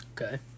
Okay